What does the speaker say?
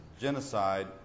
genocide